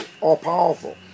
all-powerful